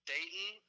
Dayton